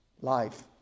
life